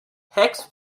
hicks